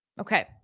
Okay